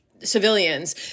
civilians